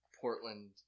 Portland